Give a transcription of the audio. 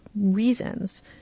reasons